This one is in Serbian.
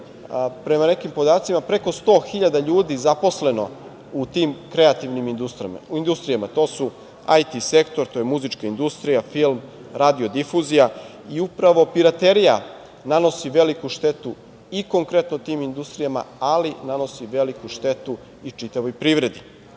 prema nekim podacima preko 100.000 ljudi zaposleno u tim kreativnim industrijama. To su IT sektor, muzička industrija, film, radio difuzija i upravo piraterija nanosi veliku štetu i konkretno tim industrijama, ali i nanosi veliku štetu i čitavoj privredi. Zbog